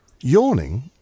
Yawning